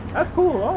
that's cool, ah